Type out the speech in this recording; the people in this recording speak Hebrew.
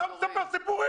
הרי מה המצב?